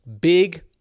big